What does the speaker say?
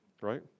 right